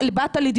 אני אעשה את זה.